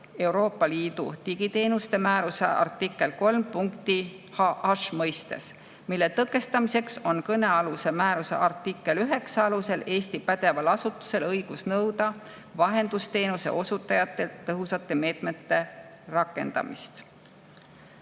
Euroopa Liidu digiteenuste määruse artikli 3 punkti h mõistes. Selle tõkestamiseks on kõnealuse määruse artikli 9 alusel Eesti pädeval asutusel õigus nõuda vahendusteenuse osutajatelt tõhusate meetmete rakendamist.